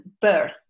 birth